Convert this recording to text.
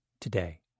today